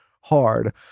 hard